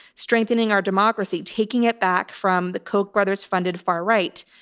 strengthening our democracy, taking it back from the koch brothers funded far right,